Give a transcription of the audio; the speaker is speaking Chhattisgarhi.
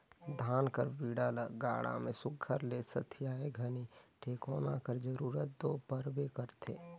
धान कर बीड़ा ल गाड़ा मे सुग्घर ले सथियाए घनी टेकोना कर जरूरत दो परबे करथे